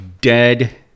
dead